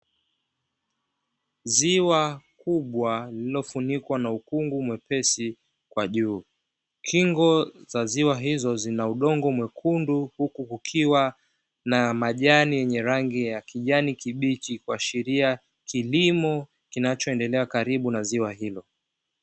Ziwa kubwa lililofunikwa na ukungu mweupe kwa juu kingo za ziwa hilo zina udongo mwekundu huku kukiwa na majani yenye rangi ya kijani kibichi, kuashiria kilimo kinachoendelea karibu na ziwa hilo.